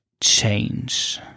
change